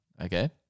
okay